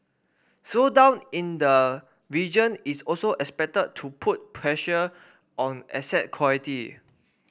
slowdown in the region is also expected to put pressure on asset quality